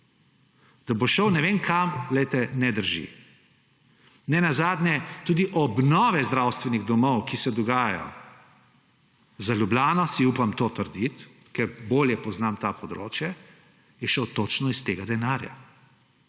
da bo šel, ne vem kam, ne drži. Ne nazadnje je tudi za obnove zdravstvenih domov, ki se dogajajo, v Ljubljani – to si upam trditi, ker bolje poznam to področje – šlo točno iz tega denarja.